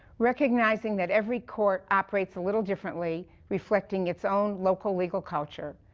recognizing that every court operates a little differently, reflecting its own local legal culture,